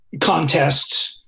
contests